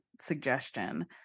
suggestion